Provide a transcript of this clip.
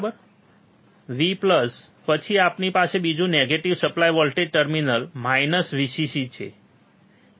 V પછી આપણી પાસે બીજું negative supply voltage terminal minus Vcc છે જે આ છે